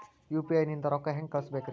UPI ನಿಂದ ರೊಕ್ಕ ಹೆಂಗ ಕಳಸಬೇಕ್ರಿ?